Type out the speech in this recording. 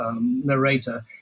narrator